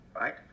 Right